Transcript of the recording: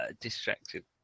distracted